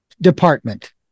department